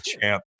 champ